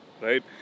right